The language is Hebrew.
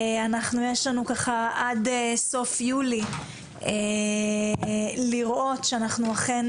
יש לנו באמת עד סוף יולי לראות שאנחנו אכן